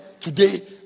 today